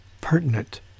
pertinent